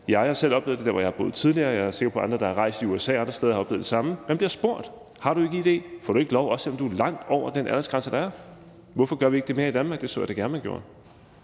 Jeg har selv oplevet det der, hvor jeg har boet tidligere, og jeg er sikker på, at andre, der har rejst i USA og andre steder, har oplevet det samme; man bliver spurgt om det. Har du ikke id, får du ikke lov, også selv om du er langt over den aldersgrænse, der er. Hvorfor gør vi ikke det mere i Danmark? Det så jeg da gerne man gjorde.